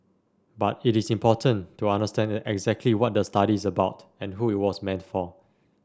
but it is important to understand exactly what the study is about and who it was meant for